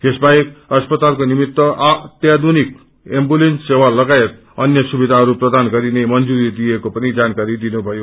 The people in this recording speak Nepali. यो बाहेक अस्पतलाको निम्ति अत्याधूनिक एम्बुलेन्स सेवा लागायत अन्य सुविधाहरू प्रदान गरिने मंजुरी दिएको पनि जानकारी दिनुभयो